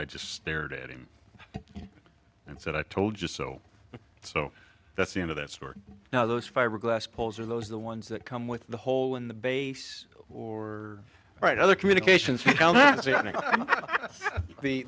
i just stared at him and said i told you so so that's the end of that story now those fiberglass poles are those the ones that come with the hole in the base or right other communications the